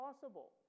possible